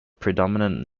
predominant